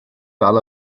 dal